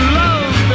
love